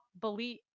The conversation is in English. believe